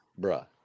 bruh